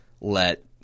let